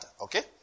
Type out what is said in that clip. okay